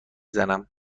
زنم